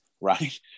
right